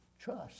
trust